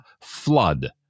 flood